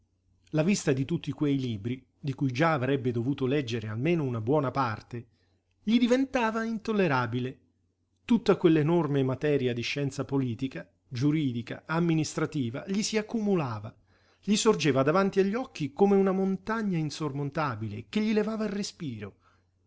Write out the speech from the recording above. la vista di tutti quei libri di cui già avrebbe dovuto leggere almeno una buona parte gli diventava intollerabile tutta quell'enorme materia di scienza politica giuridica amministrativa gli s'accumulava gli sorgeva davanti agli occhi come una montagna insormontabile che gli levava il respiro